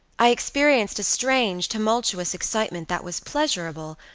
i experienced a strange tumultuous excitement that was pleasurable,